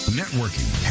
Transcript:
networking